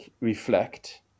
reflect